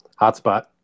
Hotspot